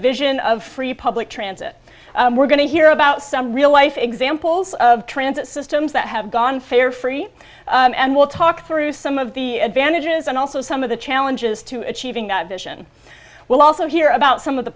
vision of free public transit we're going to hear about some real life examples of transit systems that have gone fair free and we'll talk through some of the advantages and also some of the challenges to achieving that vision we'll also hear about some of the